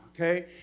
okay